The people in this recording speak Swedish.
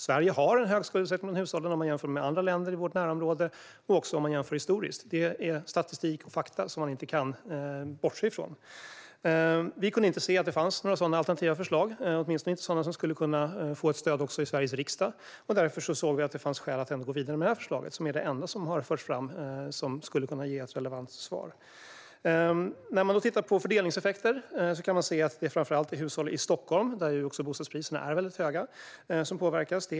Sverige har en hög skuldsättning i hushållen om man jämför med andra länder i vårt närområde och om man jämför historiskt. Det är statistik och fakta som man inte kan bortse från. Vi kunde inte se att det fanns några sådana alternativa förslag, åtminstone inte sådana som skulle kunna få stöd i Sveriges riksdag. Därför ansåg vi att det fanns skäl att gå vidare med detta förslag, som är det enda som har förts fram som kan ge ett relevant svar. Vad gäller fördelningseffekter är det framför allt hushåll i Stockholm, där bostadspriserna är väldigt höga, som påverkas.